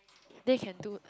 they can do